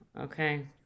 Okay